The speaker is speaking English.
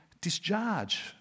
discharge